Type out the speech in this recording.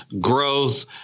growth